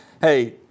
hey